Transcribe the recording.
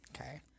Okay